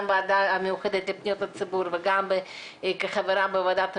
גם הוועדה המיוחדת לפניות הציבור וגם כחברה בוועדת הבריאות,